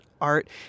art